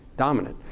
dominant.